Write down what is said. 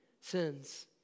sins